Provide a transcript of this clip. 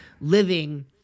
living